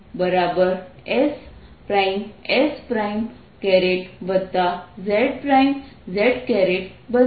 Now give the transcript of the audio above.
અને rsszz બનશે